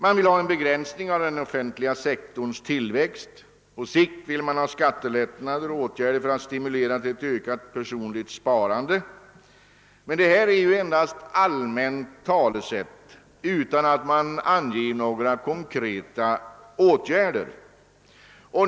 Man begär en begränsning av den offentliga sektorns tillväxt, och på sikt vill man ha skattelättnader och åtgärder för att stimulera till ett ökat personligt sparande. Det här är ju endast allmänna talesätt och inte några förslag till konkreta åtgärder.